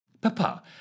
Papa